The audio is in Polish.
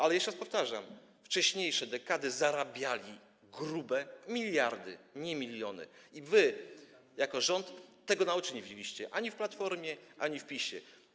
Ale, jeszcze raz powtarzam, we wcześniejszych dekadach zarabiali grube miliardy, nie miliony i wy jako rząd tego na oczy nie widzieliście, ani w Platformie, ani w PiS-ie.